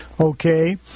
Okay